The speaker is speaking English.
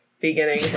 beginning